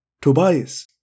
Tobias